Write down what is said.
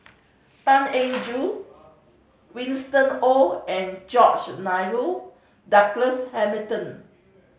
Tan Eng Joo Winston Oh and George Nigel Douglas Hamilton